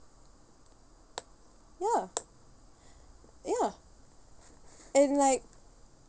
ya ya and like